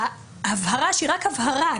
ההבהרה שהיא רק הבהרה,